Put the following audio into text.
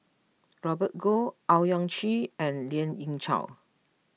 Robert Goh Owyang Chi and Lien Ying Chow